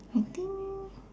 I think